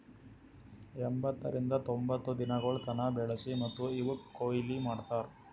ಎಂಬತ್ತರಿಂದ ತೊಂಬತ್ತು ದಿನಗೊಳ್ ತನ ಬೆಳಸಿ ಮತ್ತ ಇವುಕ್ ಕೊಯ್ಲಿ ಮಾಡ್ತಾರ್